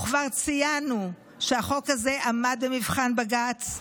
כבר ציינו שהחוק הזה עמד במבחן בג"ץ.